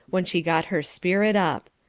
when she got her spirit up.